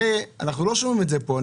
הרי אנחנו לא שומעים את זה פה,